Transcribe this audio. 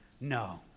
No